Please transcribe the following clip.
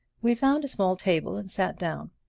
we found a small table and sat down.